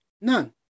None